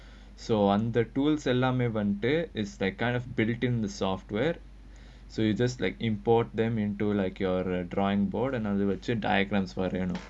so on the tools alarm advantage is that kind of predicting the software so you just like import them into like you're drawing board another virtual diagrams for them